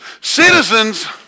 Citizens